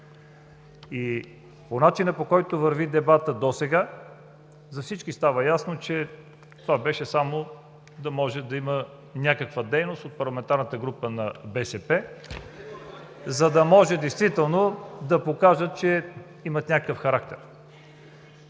и по начина, по който върви дебатът досега, за всички става ясно, че това беше само да може да има някаква дейност от парламентарната група на „БСП за България“, за да може действително да покажат, че имат някакъв характер.